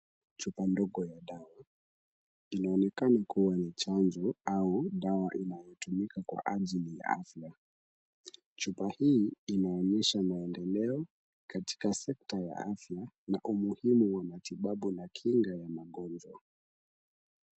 Chupa ndogo ya dawa ,inaonekana kua na chanjo au dawa inayotumika kwa ajili ya afya , chupa hii inaonyesha maendeleo katika sekta ya afya na umuhimu wa afya na kinga ya magonjwa .